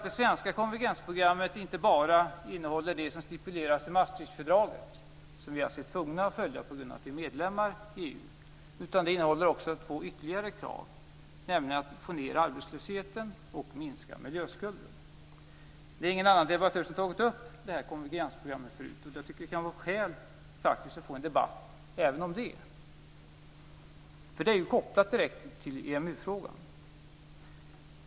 Det svenska konvergensprogrammet innehåller ju inte bara det som stipuleras i Maastrichtfördraget, som vi alltså är tvungna att följa på grund av att vi är medlemmar i EU, utan det innehåller också två ytterligare krav, nämligen att få ned arbetslösheten och att minska miljöskulden. Det är ingen annan debattör här som har tagit upp konvergensprogrammet tidigare. Därför kan det faktiskt vara skäl att få en debatt även om det, för det är ju direkt kopplat till EMU-frågan.